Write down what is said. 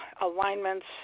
alignments